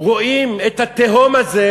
רואים את התהום הזה,